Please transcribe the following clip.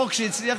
חוק ומשפט